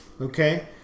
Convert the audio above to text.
Okay